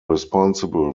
responsible